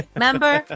Remember